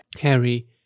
Harry